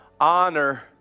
Honor